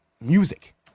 music